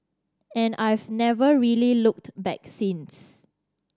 and I've never really looked back since